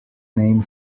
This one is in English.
name